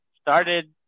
started